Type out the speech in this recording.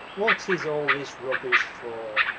what is all this rubbish for?